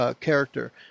character